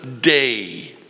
day